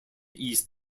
east